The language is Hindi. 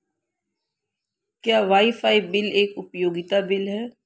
क्या वाईफाई बिल एक उपयोगिता बिल है?